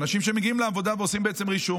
אנשים שמגיעים לעבודה ועושים בעצם רישום,